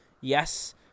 Yes